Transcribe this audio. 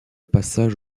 passage